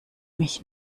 mich